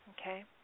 Okay